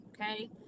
okay